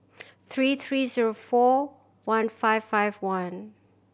three three zero four one five five one